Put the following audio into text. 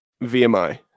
VMI